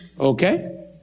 Okay